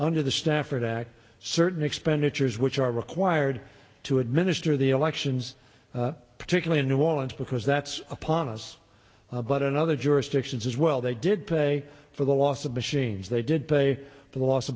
under the stafford act certain expenditures which are required to administer the elections particularly in new orleans because that's upon us another jurisdiction says well they did pay for the loss of machines they did pay the loss a